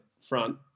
front